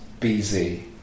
BZ